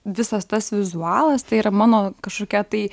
visas tas vizualas tai yra mano kažkokia tai